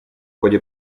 ходе